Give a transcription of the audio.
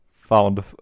found